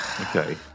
Okay